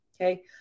Okay